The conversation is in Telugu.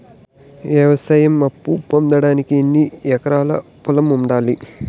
వ్యవసాయ అప్పు పొందడానికి ఎన్ని ఎకరాల పొలం ఉండాలి?